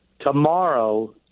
Tomorrow